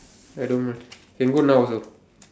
I don't mind can go now also